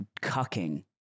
cucking